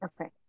okay